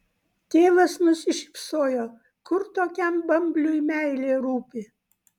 tėvas nusišypsojo kur tokiam bambliui meilė rūpi